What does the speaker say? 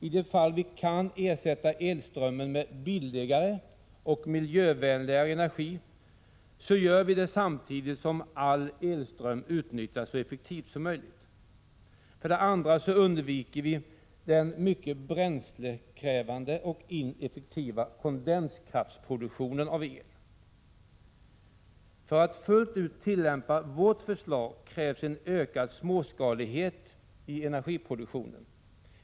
I de fall då vi kan ersätta elströmmen med billigare och miljövänligare energi så gör vi det samtidigt som all elström utnyttjas så effektivt som möjligt, och vi undviker den mycket bränslekrävande ineffektiva kondenskraftproduktionen av el. För att man fullt ut skall kunna tillämpa vårt förslag krävs en ökad småskalighet i energiproduktionen.